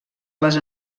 les